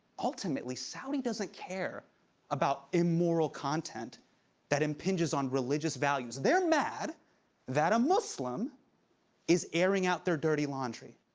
ultimately, saudi doesn't care about immoral content that impinges on religious values. they're mad that a muslim is airing out their dirty laundry.